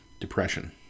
Depression